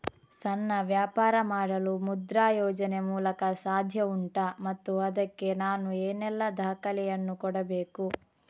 ಸಣ್ಣ ವ್ಯಾಪಾರ ಮಾಡಲು ಮುದ್ರಾ ಯೋಜನೆ ಮೂಲಕ ಸಾಧ್ಯ ಉಂಟಾ ಮತ್ತು ಅದಕ್ಕೆ ನಾನು ಏನೆಲ್ಲ ದಾಖಲೆ ಯನ್ನು ಕೊಡಬೇಕು?